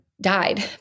died